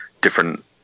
different